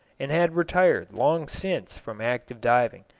and had retired long since from active diving.